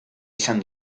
izan